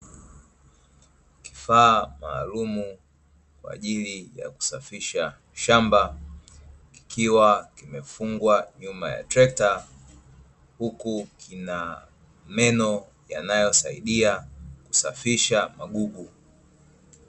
Kifaa maalumu kwa ajili ya kusafisha shamba, kikiwa kimefungwa nyuma ya trekta, huku kina meno yanayosaidia kusafisha magugu.